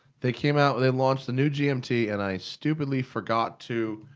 they came out. they launched the new gmt and i stupidly forgot to